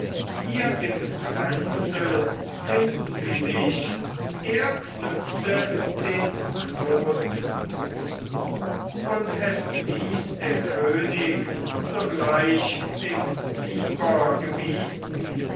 hier im ränzel finden sie sich er knüpfte den knoten und es ließ der könig sogleich dem biber gebieten